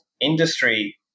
industry